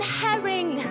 herring